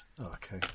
Okay